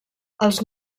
els